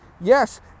yes